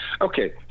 Okay